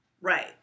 right